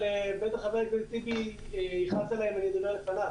אבל בטח חבר הכנסת טיבי יכעס עליי אם אני אדבר לפניו.